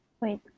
Wait